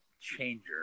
changer